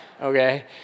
okay